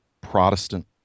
Protestant